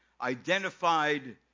identified